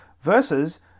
versus